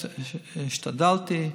השתדלתי,